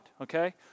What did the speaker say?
okay